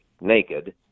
naked